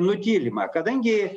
nutylima kadangi